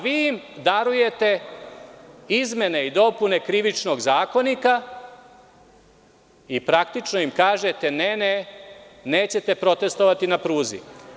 Vi darujete izmene i dopune Krivičnog zakonika i praktično im kažete ne, ne, nećete protestovati na pruzi.